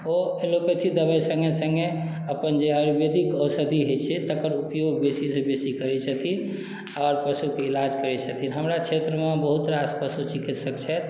ओ allopathy दबाइ सङ्गे सङ्गे अपन जे आयुर्वेदिक औषधि होइत छै तकर उपयोग बेसीसँ बेसी करैत छथिन आओर पशुके इलाज करैत छथिन हमरा क्षेत्रमे बहुत रास पशु चिकित्सक छथि